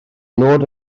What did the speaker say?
nod